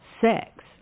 sex